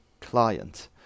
client